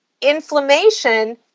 inflammation